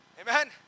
Amen